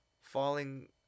falling